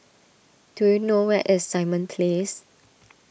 do you know where is Simon Place